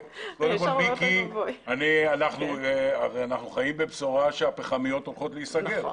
אנחנו הרי חיים בבשורה שהפחמיות הולכות להיסגר.